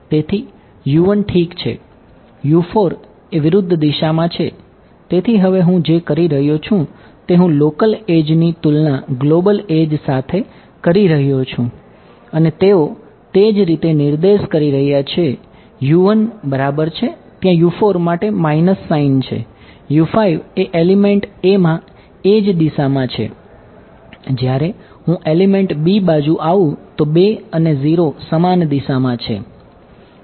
તેથી ઠીક છે એ વિરુદ્ધ દિશા સાથે કરી રહ્યો છું અને તેઓ તે જ રીતે નિર્દેશ કરી રહ્યા છે બરાબર છે ત્યાં માટે માઇનસ સાઇન છે એ એલિમેન્ટ સાઇન મળી રહી છે